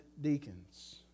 deacons